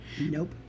Nope